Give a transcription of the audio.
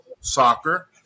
soccer